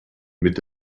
mit